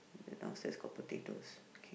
then downstairs got potatoes okay